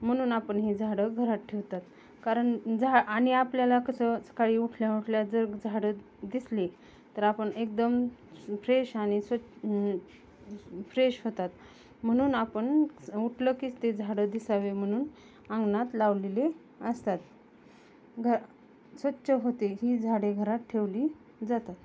म्हणून आपण ही झाडं घरात ठेवतात कारण झा आणि आपल्याला कसं सकाळी उठल्या उठल्या जर झाडं दिसली तर आपण एकदम फ्रेश आणि स्वच् फ्रेश होतात म्हणून आपण उठलं की ते झाडं दिसावे म्हणून अंगणात लावलेले असतात घर स्वच्छ होते ही झाडे घरात ठेवली जातात